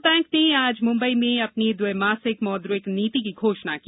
reserve bank ने आज मुम्बई में अपनी द्विमासिक मौद्रिक नीति की घोषणा की